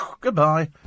goodbye